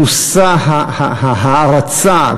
מושא ההערצה,